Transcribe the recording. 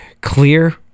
clear